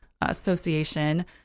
Association